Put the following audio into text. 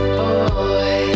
boy